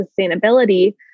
sustainability